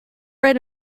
read